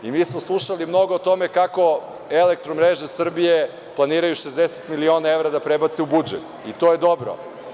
Mi smo slušali mnogo o tome kako „Elektromreža Srbije“ planiraju 60 miliona evra da prebace u budžet i to je dobro.